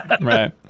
right